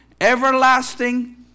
everlasting